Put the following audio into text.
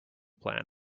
plan